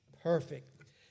perfect